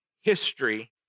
history